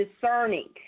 discerning